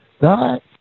god